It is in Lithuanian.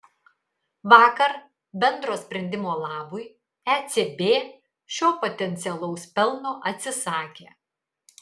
vakar bendro sprendimo labui ecb šio potencialaus pelno atsisakė